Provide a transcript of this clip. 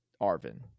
Arvin